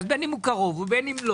בין אם הוא קרוב או לא,